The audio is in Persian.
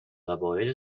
قبایل